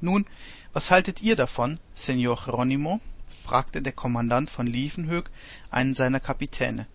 nun was haltet ihr davon seor jeronimo fragte der kommandant von liefkenhoek einen seiner kapitäne